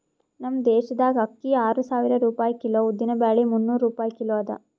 ನಮ್ ದೇಶದಾಗ್ ಅಕ್ಕಿ ಆರು ಸಾವಿರ ರೂಪಾಯಿ ಕಿಲೋ, ಉದ್ದಿನ ಬ್ಯಾಳಿ ಮುನ್ನೂರ್ ರೂಪಾಯಿ ಕಿಲೋ ಅದಾ